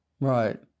Right